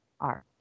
art